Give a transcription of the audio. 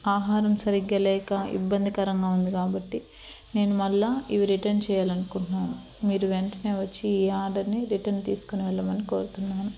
ఆహారం సరిగ్గా లేక ఇబ్బందికరంగా ఉంది కాబట్టి నేను మళ్ళీ ఇవి రిటర్న్ చేయాలని అనుకుంటున్నాను మీరు వెంటనే వచ్చి ఈ ఆర్డర్ని రిటర్న్ తీసుకొని వెళ్ళమని కోరుతున్నాను